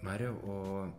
mariau o